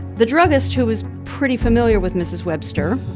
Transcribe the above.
the druggist, who was pretty familiar with mrs. webster,